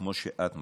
כמו שאת מצליחה.